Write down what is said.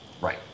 Right